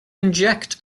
inject